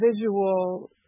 visual